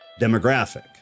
demographic